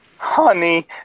honey